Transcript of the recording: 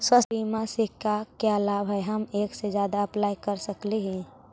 स्वास्थ्य बीमा से का क्या लाभ है हम एक से जादा अप्लाई कर सकली ही?